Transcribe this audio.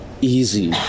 easy